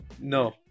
No